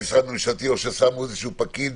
ממשלתי, או ששמו איזשהו פקיד